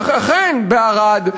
אכן בערד?